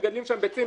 מגדלים שם ביצים,